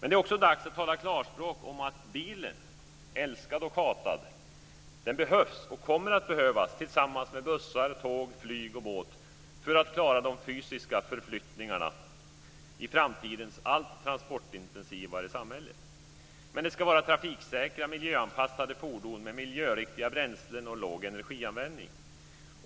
Men det är också dags att tala klarspråk om att bilen, älskad och hatad, behövs och kommer att behövas tillsammans med bussar, tåg, flyg och båt för att klara de fysiska förflyttningarna i framtidens allt transportintensivare samhälle. Men det ska vara trafiksäkra, miljöanpassade fordon med miljöriktiga bränslen och låg energianvändning.